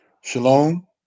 Shalom